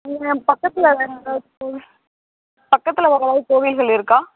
அங்கே பக்கத்தில் வேறு ஏதாவது கோவில் பக்கத்தில் வேறு ஏதாவது கோவில்கள் இருக்கா